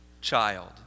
child